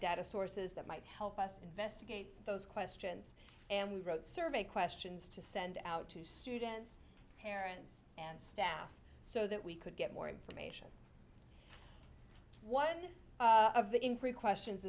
data sources that might help us investigate those questions and we wrote survey questions to send out to students parents and staff so that we could get more information one of the increase questions